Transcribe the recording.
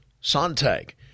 Sontag